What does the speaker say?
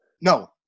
no